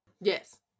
Yes